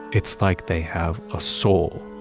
it's like they have a soul.